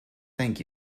thank